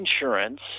insurance